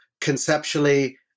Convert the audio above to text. conceptually